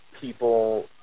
people